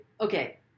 okay